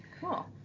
cool